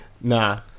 Nah